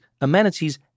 amenities